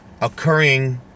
occurring